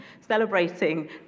celebrating